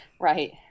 Right